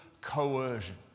coercion